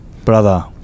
Brother